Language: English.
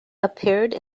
appeared